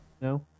No